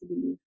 believe